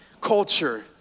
culture